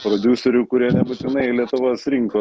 prodiuserių kurie nebūtinai į lietuvos rinką